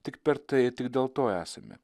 tik per tai tik dėl to esame